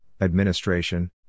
administration